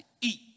eat